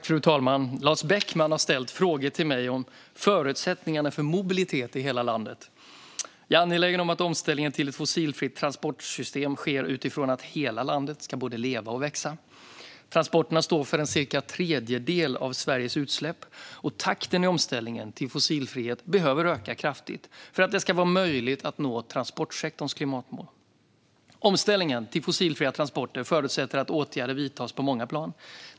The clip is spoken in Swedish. Fru talman! Lars Beckman har ställt frågor till mig om förutsättningarna för mobilitet i hela landet. Jag är angelägen om att omställningen till ett fossilfritt transportsystem sker utifrån att hela landet ska både leva och växa. Transporterna står för cirka en tredjedel av Sveriges utsläpp, och takten i omställningen till fossilfrihet behöver öka kraftigt för att det ska vara möjligt att nå transportsektorns klimatmål. Omställningen till fossilfria transporter förutsätter att åtgärder vidtas på många plan.